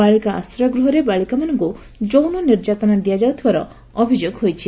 ବାଳିକା ଆଶ୍ରୟ ଗୂହରେ ବାଳିକାମାନଙ୍କୁ ଯୌନ ନିର୍ଯାତନା ଦିଆଯାଉଥିବାର ଅଭିଯୋଗ ରହିଛି